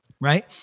right